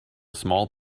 small